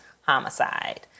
homicide